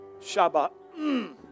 Shabbat